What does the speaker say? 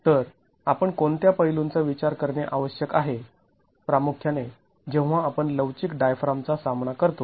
तर आपण कोणत्या पैलुंचा विचार करणे आवश्यक आहे प्रामुख्याने जेव्हा आपण लवचिक डायफ्रामचा सामना करतो